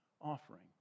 offering